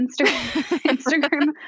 Instagram